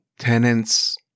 Tenants